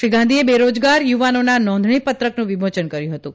શ્રી ગાંધીએ બેરોજગાર યુવાનોના નોંધણીપત્રકનું વિમોચન કર્યું હતું